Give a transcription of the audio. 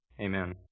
Amen